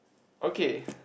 okay